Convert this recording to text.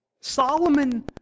Solomon